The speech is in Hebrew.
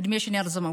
שיאריכו ימייך,)